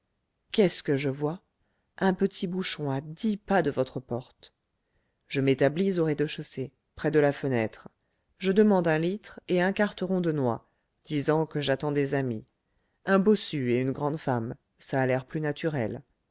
qu'est-ce que je vois un petit bouchon à dix pas de votre porte je m'établis au rez-de-chaussée près de la fenêtre je demande un litre et un quarteron de noix disant que j'attends des amis un bossu et une grande femme ça a l'air plus naturel